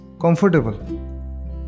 comfortable